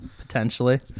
Potentially